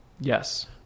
Yes